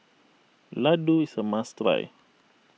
Laddu is a must try